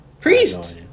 Priest